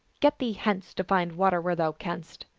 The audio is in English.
get thee hence, to find water where thou canst.